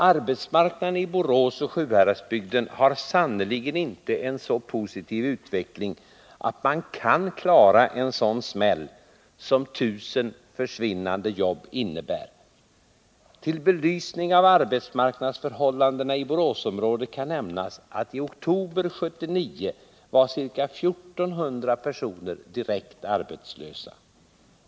Arbetsmarknaden i Borås och Sjuhäradsbygden har sannerligen inte en så positiv utveckling att man kan klara en sådan smäll som förlusten av 1000 jobb innebär. Till belysning av arbetsmarknadsförhållandena i Boråsområdet kan nämnas att i oktober 1979 var ca 1 400 personer direkt arbetslösa.